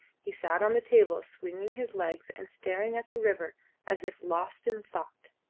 he sat on the table swinging his legs and staring at the river as if lost in thought.